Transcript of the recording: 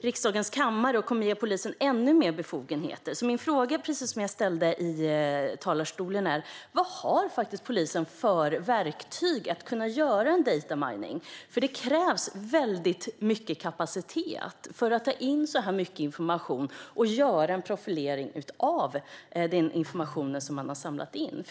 riksdagens kammare och kommer att ge polisen ännu mer befogenheter. Min fråga, som jag också ställde i talarstolen tidigare, är: Vad har polisen för verktyg för att kunna göra en data mining? Det krävs väldigt mycket kapacitet för att ta in så här mycket information och göra en profilering av den information som man har samlat in.